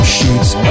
Shoots